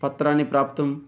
पत्राणि प्राप्तुं